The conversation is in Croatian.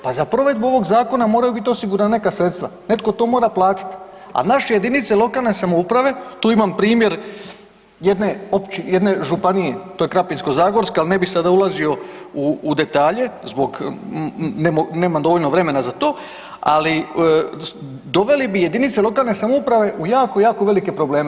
Pa za provedbu ovoga zakona moraju biti osigurana neka sredstva, netko to mora platit, a naše jedinice lokalne samouprave, tu imam primjer jedne županije, to je Krapinsko-zagorska, ali ne bih sada ulazio u detalje nemam dovoljno vremena za to, ali doveli bi jedinice lokalne samouprave u jako, jako velike probleme.